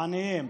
העניים.